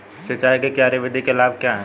सिंचाई की क्यारी विधि के लाभ क्या हैं?